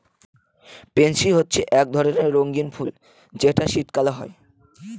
pansy হচ্ছে এক ধরণের রঙ্গীন ফুল যেটা শীতকালে হয়